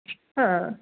ಹಾಂ